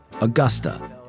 Augusta